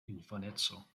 infaneco